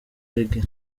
reggae